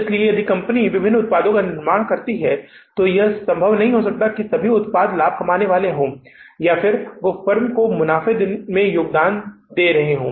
इसलिए यदि कंपनी विभिन्न उत्पादों का निर्माण कर रही है तो यह संभव नहीं हो सकता है कि सभी उत्पाद लाभ कमाने वाले हों या वे फर्म के मुनाफ़े में योगदान दे रहे हों